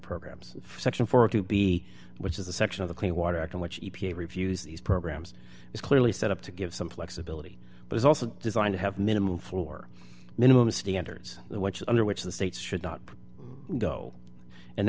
programs for section four a to b which is the section of the clean water act in which reviews these programs is clearly set up to give some flexibility but it's also designed to have minimum floor minimum standards which under which the states should not go and